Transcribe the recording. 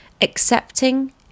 Accepting